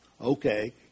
Okay